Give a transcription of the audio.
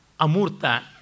Amurta